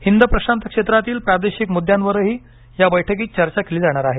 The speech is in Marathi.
हिंद प्रशांत क्षेत्रातील प्रादेशिक मुद्द्यांवरही या बैठकीत चर्चा केली जाणार आहे